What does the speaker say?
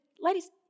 Ladies